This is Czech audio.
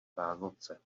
vánoce